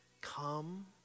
come